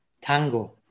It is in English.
tango